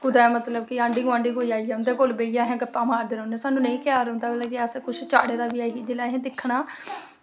कुदै मतलब कि कोई गोआंढ़ी आई जंदा ते ओह्दे कच्छ बेहियै गप्पां मारदे रौह्ने सानूं नेईं ख्याल रौंह्दा कि असें किश चाढ़े दा बी ऐ जेल्लै असें दिक्खना